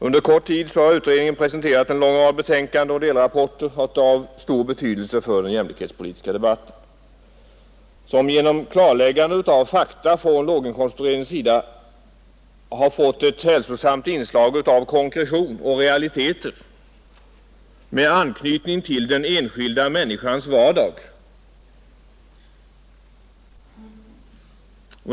Under kort tid har utredningen presenterat en lång rad betänkanden och delrapporter av stor betydelse för den jämlikhetspolitiska debatten, som genom klarläggande av fakta från låginkomstutredningens sida har fått ett hälsosamt inslag av konkretion och realiteter med anknytning till den enskilda människans vardag.